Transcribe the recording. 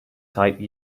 type